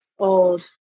old